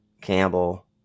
Campbell